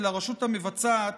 ולרשות המבצעת,